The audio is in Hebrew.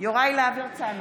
יוראי להב הרצנו,